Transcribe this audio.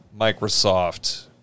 Microsoft